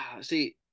see